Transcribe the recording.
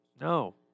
no